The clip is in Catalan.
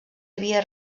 havia